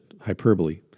hyperbole